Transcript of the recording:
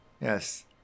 Yes